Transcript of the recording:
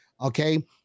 Okay